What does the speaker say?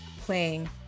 playing